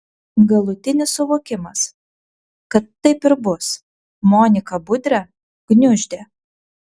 galutinis suvokimas kad taip ir bus moniką budrę gniuždė